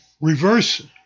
reverse